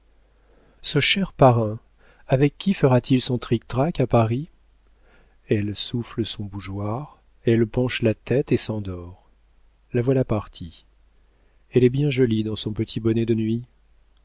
ce cher parrain avec qui fera-t-il son trictrac à paris elle souffle son bougeoir elle penche la tête et s'endort la voilà partie elle est bien jolie dans son petit bonnet de nuit